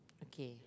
okay